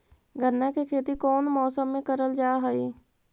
गन्ना के खेती कोउन मौसम मे करल जा हई?